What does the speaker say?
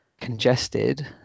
congested